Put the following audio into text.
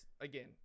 again